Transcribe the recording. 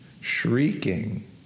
Shrieking